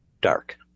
dark